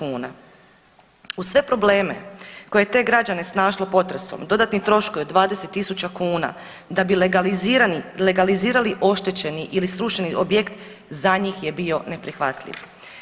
Uz sve probleme koje je te građane snašli potresom dodatni troškovi od 20 tisuća kuna da bi legalizirali oštećeni ili strušeni objekt za njih je bio neprihvatljiv.